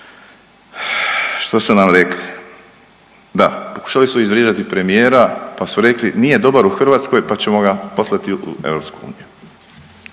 što su nam rekli? Da, pokušali su izvrijeđati premijera pa su rekli nije dobar u Hrvatskoj, pa ćemo ga poslati u EU.